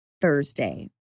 Thursday